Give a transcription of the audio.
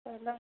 चलो